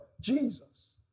Jesus